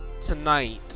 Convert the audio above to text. tonight